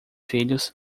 filhos